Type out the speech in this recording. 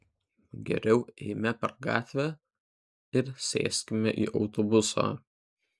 geriau eime per gatvę ir sėskime į autobusą